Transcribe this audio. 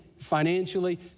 financially